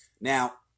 Now